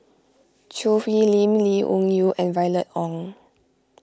Choo Hwee Lim Lee Wung Yew and Violet Oon